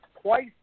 twice